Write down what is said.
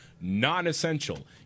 non-essential